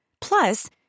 Plus